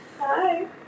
Hi